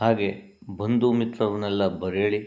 ಹಾಗೆ ಬಂದು ಮಿತ್ರರನ್ನೆಲ್ಲ ಬರೇಳಿ